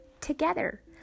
together